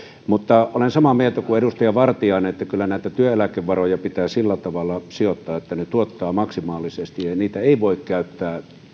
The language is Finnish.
olen samaa mieltä kuin edustaja vartiainen että kyllä näitä työeläkevaroja pitää sillä tavalla sijoittaa että ne tuottavat maksimaalisesti ja ja niitä ei voi käyttää